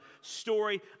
story